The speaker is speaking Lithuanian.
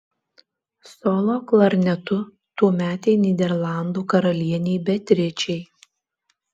solo klarnetu tuometei nyderlandų karalienei beatričei